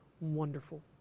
Wonderful